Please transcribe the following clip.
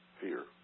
fear